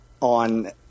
on